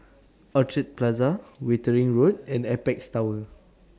Orchid Plaza Wittering Road and Apex Tower